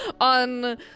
On